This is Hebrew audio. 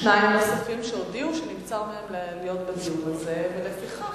שהודיעו שנבצר מהם להיות בדיון ולפיכך